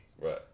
Right